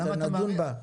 נדון בה.